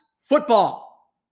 Football